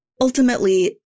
Ultimately